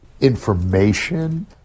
information